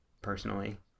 personally